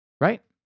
right